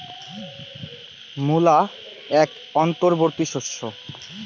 মূলা এক অন্তবর্তী শস্য